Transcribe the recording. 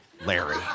Larry